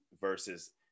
versus